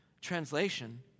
translation